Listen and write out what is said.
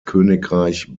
königreich